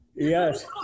yes